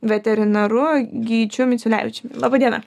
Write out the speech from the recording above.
veterinaru gyčiu miciulevičiumi laba diena